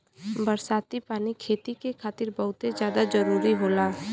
बरसाती पानी खेती के खातिर बहुते जादा जरूरी होला